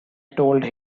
told